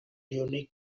unique